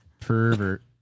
Pervert